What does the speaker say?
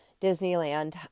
Disneyland